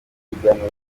biganiro